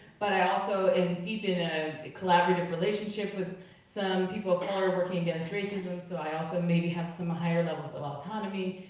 but i also am deep in a collaborative relationship with some people of color working against racism, so i also maybe have some higher levels of autonomy.